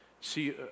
See